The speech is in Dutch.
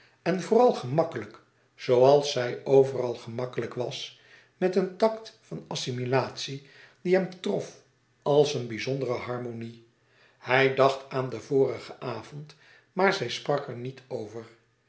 en vooral gemakkelijk zooals zij overal gemakkelijk was met een tact van assimilatie die hem trof als een bizondere harmonie hij dacht aan den vorigen avond maar hij sprak er niet over